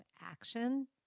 action